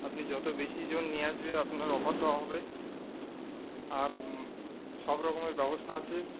আপনি যত বেশি জন নিয়ে আসবে আপনার অফার দেওয়া হবে আর সব রকমের ব্যবস্থা আছে